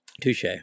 Touche